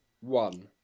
one